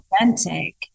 Authentic